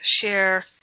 share